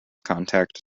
contact